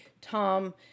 Tom